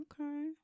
Okay